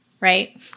Right